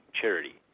charity